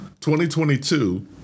2022